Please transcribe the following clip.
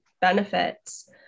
benefits